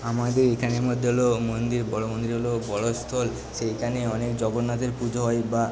আমাদের এইখানের মধ্যে হলো মন্দির বড়ো মন্দির হলো বড়স্থল সেইখানে অনেক জগন্নাথের পুজো হয় বা